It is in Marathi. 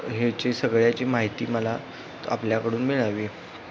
तर ह्याची सगळ्याची माहिती मला आपल्याकडून मिळावी